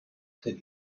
said